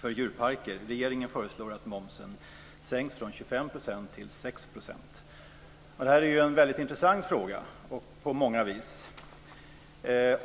för djurparker. Regeringen föreslår att momsen sänks från 25 % till 6 %. Detta är en väldigt intressant fråga på många vis.